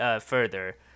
further